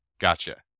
gotcha